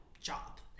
job